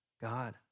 God